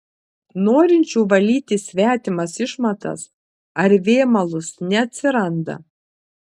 norinčių valyti svetimas išmatas ar vėmalus neatsiranda